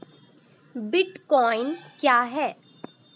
Bitcoin क्या है?